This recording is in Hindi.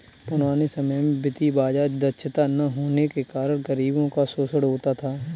पुराने समय में वित्तीय बाजार दक्षता न होने के कारण गरीबों का शोषण होता था